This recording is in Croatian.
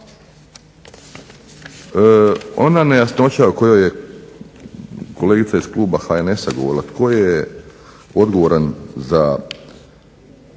Ona nejasnoća o kojoj je kolegica iz kluba HNS-a govorila tko je odgovoran za